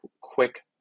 quick